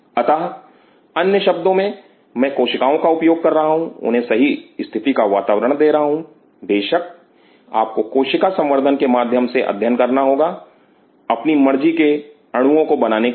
अतः अन्य शब्दों में मैं कोशिकाओं का उपयोग कर रहा हूं उन्हें सही स्थिति का वातावरण दे रहा हूं बेशक आपको कोशिका संवर्धन के माध्यम से अध्ययन करना होगा अपनी मर्जी के अणुओ को बनाने के लिए